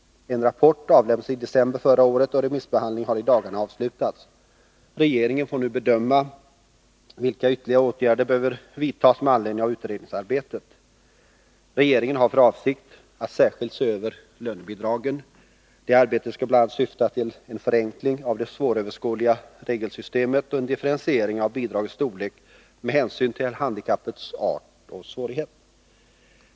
En rapport avlämnades i december förra året, och remissbehandlingen har i dagarna avslutats. Regeringen får nu bedöma vilka ytterligare åtgärder som bör vidtas med anledning av utredningsarbetet. Regeringen har för avsikt att särskilt se över lönebidragen. Det arbetet skall bl.a. syfta till en förenkling av det svåröverskådliga regelsystemet och en differentiering av bidragens storlek med hänsyn till handikappets art och svårighet.